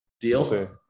Deal